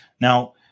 Now